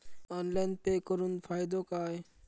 Online pay करुन फायदो काय?